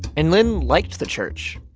and lyn liked the church.